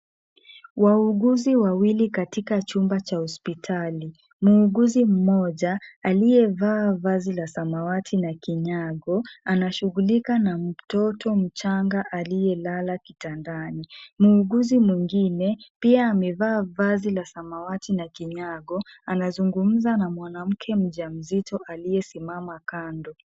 Wauuguzi wawili katika chumba cha hospitali. Muuguzi mmoja aliyevaa vazi la samawati na kinyago, anashughulika na mtoto mchanga aliyelala kitandani. Muuguzi mwingine, pia amevaa vazi la samawati na kinyago anazungumza na mwanamke mjamzito aliyesimama kando.